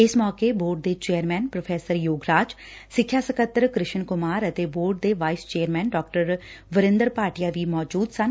ਇਸ ਮੌਕੇ ਬੋਰਡ ਦੇ ਚੇਅਰਮੈਨ ਪ੍ਰੋਫ਼ੈਸਰ ਯੋਗਰਾਜ ਸਿੱਖਿਆ ਸਕੱਤਰ ਕ੍ਰਿਸ਼ਨ ਕੁਮਾਰ ਅਤੇ ਬੋਰਡ ਦੇ ਵਾਈਸ ਚੇਅਰਮੈਨ ਡਾ ਵਰਿੰਦਰ ਭਾਟੀਆ ਵੀ ਮੌਜੂਦ ਸਨ